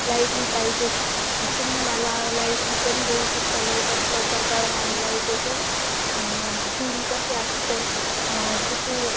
light ही पाहिजेच तुम्ही मला लाईट ही कधी देऊ शकता लवकर लवकर कळवा आणि लाईटेचे बिल कसे असते किती